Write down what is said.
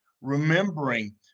remembering